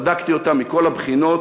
בדקתי אותה מכל הבחינות,